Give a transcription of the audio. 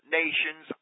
nations